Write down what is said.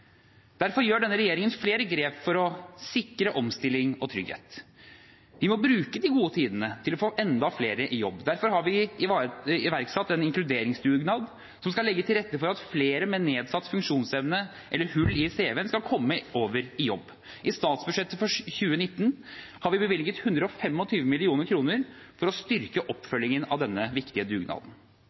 Derfor gjør denne regjeringen flere grep for å sikre omstilling og trygghet. Vi må bruke de gode tidene til å få enda flere i jobb. Derfor har vi iverksatt en inkluderingsdugnad som skal legge til rette for at flere med nedsatt funksjonsevne eller hull i cv-en skal komme over i jobb. I statsbudsjettet for 2019 har vi bevilget 125 mill. kr for å styrke oppfølgingen av denne viktige dugnaden.